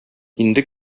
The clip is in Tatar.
инде